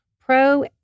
Pro